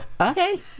okay